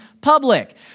public